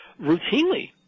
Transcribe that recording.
routinely